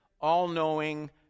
all-knowing